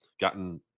gotten